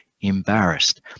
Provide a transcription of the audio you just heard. embarrassed